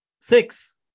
six